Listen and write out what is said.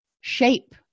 shape